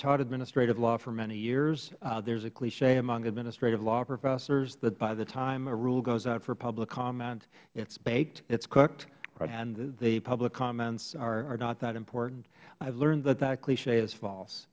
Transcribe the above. taught administrative law for many years there is a cliche among administrative law professors that by the time a rule goes out for public comment it is baked it is cooked and the public comments are not that important i have learned that that cliche is false